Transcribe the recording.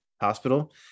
hospital